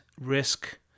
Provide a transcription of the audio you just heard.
risk